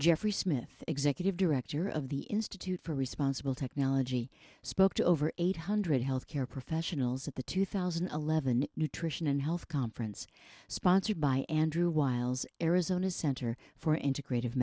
jeffrey smith executive director of the institute for responsible technology spoke to over eight hundred health care professionals at the two thousand and eleven nutrition and health conference sponsored by andrew wiles arizona center for integrat